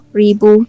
ribu